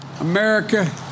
America